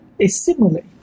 assimilate